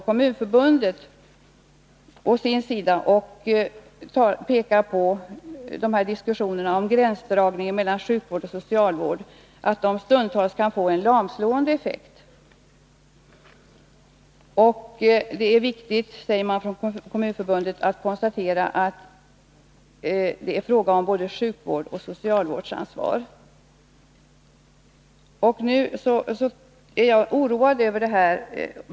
Kommunförbundet pekar på att diskussionerna om gränsdragning mellan sjukvård och socialvård stundtals kan få en lamslående effekt. Det är viktigt, säger Kommunförbundet, att konstatera att det är fråga om både ett sjukvårdsoch ett socialvårdsansvar. Jag är alltså oroad.